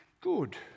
Good